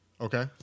Okay